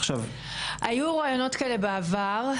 עכשיו --- היו רעיונות כאלה בעבר,